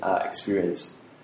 experience